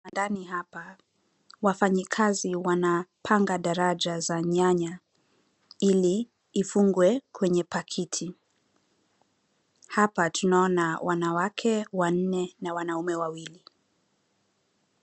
Kiwandani hapa, wafanyikazi wanapanga daraja za nyanya, ili, ifungwe, kwenye pakiti. Hapa, tunaona wanawake wanne, na wanaume wawili.